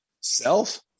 Self